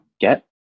get